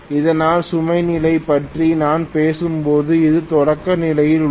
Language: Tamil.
அதனால் சுமை நிலை பற்றி நான் பேசும்போது இது தொடக்க நிலையில் உள்ளது